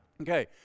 okay